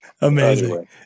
Amazing